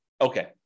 Okay